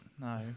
No